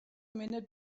minute